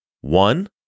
One